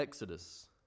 Exodus